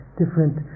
different